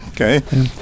okay